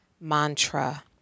mantra